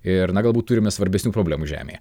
ir na galbūt turime svarbesnių problemų žemėje